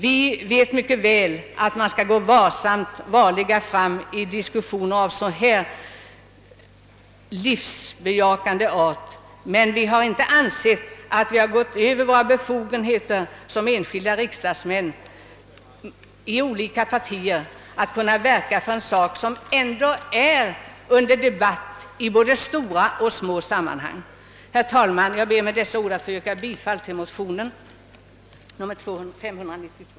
Vi vet mycket väl att man skall gå varligt fram i diskussioner av så här känslig art, men vi har inte ansett att vi överskridit våra befogenheter som enskilda riksdagsmän från olika partier, då vi velat verka för en sak som är under debatt i såväl stora som små sammanhang. Herr talman! Jag ber att med dessa ord få yrka bifall till motion nr 592.